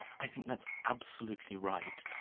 i think that's absolutely right.